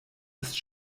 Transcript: ist